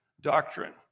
doctrine